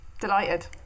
Delighted